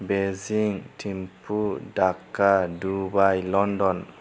Beijing Thimphu Dhaka Dubai London